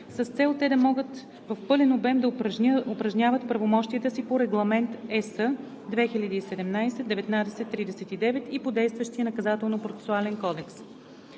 с цел те да могат в пълен обем да упражняват правомощията си по Регламент (ЕС) 2017/1939 и по действащия Наказателно-процесуален кодекс.